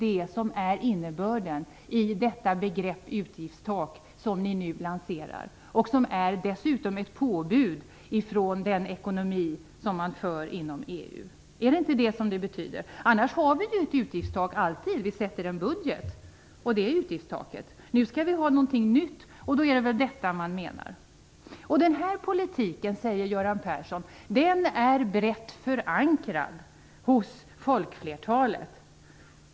Är inte det innebörden i begreppet utgiftstak, som ni nu lanserar och som dessutom är ett påbud från den ekonomi man för inom EU? Är inte det vad det betyder? Annars har vi ju alltid ett utgiftstak. Vi sätter upp en budget och ett utgiftstak i den. Nu skall vi ha någonting nytt, och då är det väl detta man menar. Denna politik, säger Göran Persson, är brett förankrad hos folkflertalet.